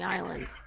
Island